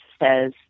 says